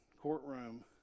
courtroom